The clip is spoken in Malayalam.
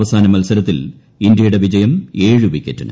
അവസാന മൽസരത്തിൽ ഇന്ത്യയുടെ വിജയം ഏഴ് വിക്കറ്റിന്